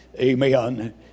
Amen